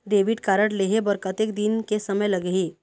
Debit card लेहे बर कतेक दिन के समय लगही?